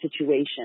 situation